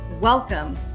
Welcome